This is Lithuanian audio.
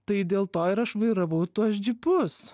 tai dėl to ir aš vairavau tuos džipus